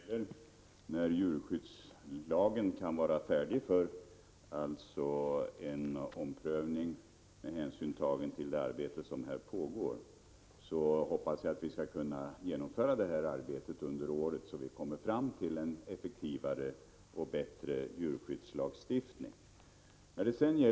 Fru talman! Mats O Karlsson frågar när djurskyddslagen kan vara färdig för en omprövning efter den översyn som pågår. Jag hoppas att vi skall kunna genomföra detta arbete under året, så att vi kommer fram till en effektivare och bättre djurskyddslagstiftning.